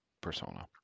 Persona